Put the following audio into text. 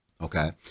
Okay